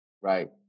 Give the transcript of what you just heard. right